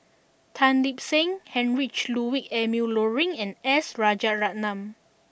Tan Lip Seng Heinrich Ludwig Emil Luering and S Rajaratnam